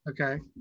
Okay